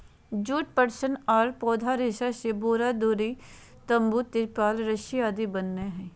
जुट, पटसन आर पौधा रेशा से बोरा, दरी, तंबू, तिरपाल रस्सी आदि बनय हई